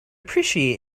appreciate